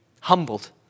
humbled